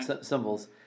symbols